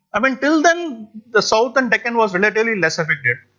i mean till then the southern deccan was relatively lesser invaded,